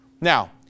Now